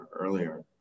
earlier